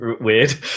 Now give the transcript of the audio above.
weird